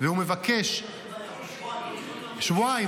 בושה --- חבר הכנסת קריב,